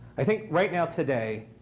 i think right now today,